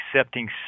accepting